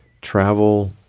travel